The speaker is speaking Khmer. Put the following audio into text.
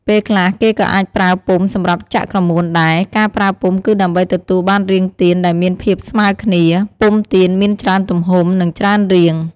ពេលខ្លះ គេក៏អាចប្រើពុម្ពសម្រាប់ចាក់ក្រមួនដែរ ការប្រើពុម្ពគឺដើម្បីទទួលបានរាងទៀនដែលមានភាពស្មើគ្នា ពុម្ពទៀនមានច្រើនទំហំ និងច្រើនរាង។